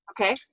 Okay